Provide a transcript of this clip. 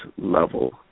level